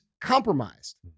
compromised